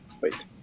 Wait